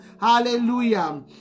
Hallelujah